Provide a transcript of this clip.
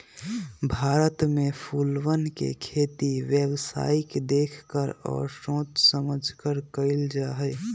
भारत में फूलवन के खेती व्यावसायिक देख कर और सोच समझकर कइल जाहई